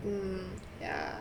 mm ya